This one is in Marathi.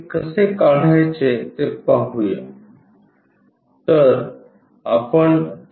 ते कसे काढायचे ते पाहूया